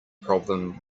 problem